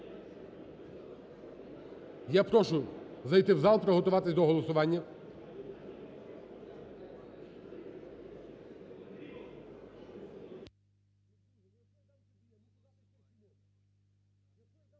Я прошу зайти в зал і приготуватись до голосування.